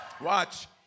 Watch